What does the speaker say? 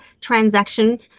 transaction